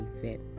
fit